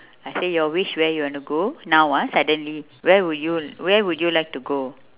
I say your wish where you want to go now ah suddenly where would you l~ where would you like to go